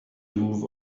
move